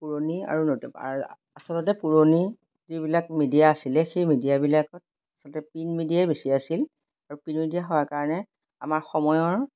পুৰণি আৰু নট আৰু আচলতে পুৰণি যিবিলাক মিডিয়া আছিলে সেই মিডিয়াবিলাকত আচলতে প্ৰিণ্ট মিডিয়াই বেছি আছিল আৰু প্ৰিণ্ট মিডিয়া হোৱাৰ কাৰণে আমাৰ সময়ৰ